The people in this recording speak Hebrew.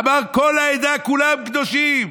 אמר: כל העדה כולם קדושים,